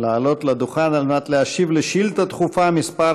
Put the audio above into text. לעלות לדוכן כדי להשיב על שאילתה דחופה מס'